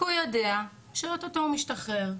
כי הוא יודע שאו-טו-טו הוא משתחרר,